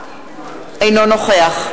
נא לצאת.